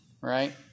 Right